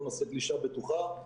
כל נושא פגישה בטוחה,